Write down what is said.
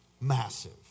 Massive